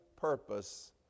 purpose